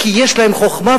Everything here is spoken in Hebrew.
כי יש להם חוכמה,